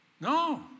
No